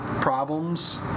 problems